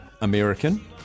American